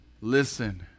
listen